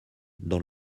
dans